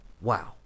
Wow